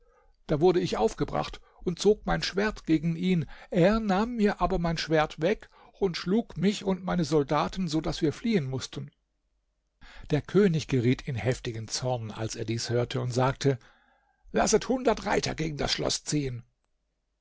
da wurde ich aufgebracht und zog mein schwert gegen ihn er nahm mir aber mein schwert weg und schlug mich und meine soldaten so daß wir fliehen mußten der könig geriet in heftigen zorn als er dies hörte und sagte lasset hundert reiter gegen das schloß ziehen